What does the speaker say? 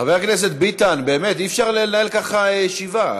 חבר הכנסת ביטן, באמת, אי-אפשר לנהל ככה ישיבה.